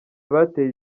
bateye